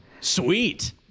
Sweet